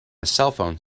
cellphone